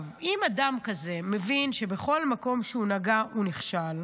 אם אדם כזה מבין שבכל מקום שהוא נגע הוא נכשל,